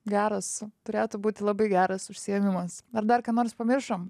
geras turėtų būti labai geras užsiėmimas ar dar ką nors pamiršom